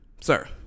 sir